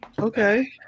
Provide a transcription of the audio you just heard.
Okay